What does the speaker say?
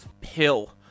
pill